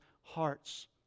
hearts